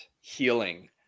healing